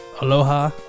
Aloha